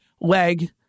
leg